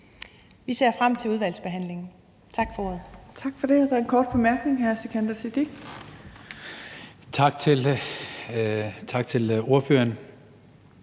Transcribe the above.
Vi ser frem til udvalgsbehandlingen. Tak for ordet.